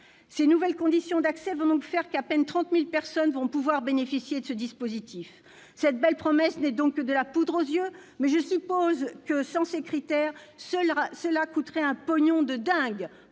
ces nouvelles conditions d'accès, ce sont à peine 30 000 personnes qui pourront bénéficier de ce dispositif. Cette belle promesse n'était donc que de la poudre aux yeux, mais je suppose que, sans ces critères, cela coûterait un « pognon de dingue